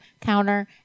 counter